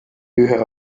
ühe